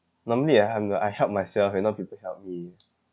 normally I he~ I help myself and not people help me